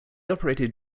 operated